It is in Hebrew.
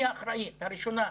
היא האחראית הראשונה,